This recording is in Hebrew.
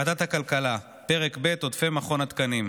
ועדת הכלכלה: פרק ב' עודפי מכון התקנים.